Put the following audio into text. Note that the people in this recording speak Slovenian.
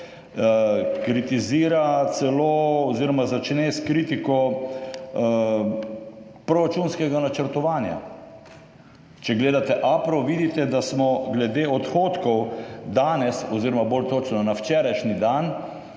kritizira oziroma začne celo s kritiko proračunskega načrtovanja. Če gledate aplikacijo SAPPrA, vidite, da smo glede odhodkov danes oziroma bolj točno na včerajšnji dan